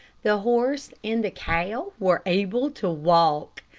the horse and cow were able to walk.